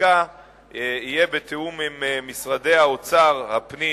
החקיקה יהיה בתיאום עם משרדי האוצר, הפנים